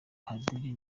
padiri